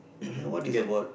and then what is it about